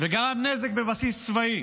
וגרם נזק בבסיס צבאי.